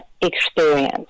experience